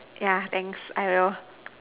yeah thanks I will